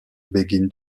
begin